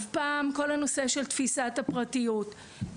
כל הנושא של תפיסת הפרטיות.